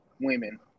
women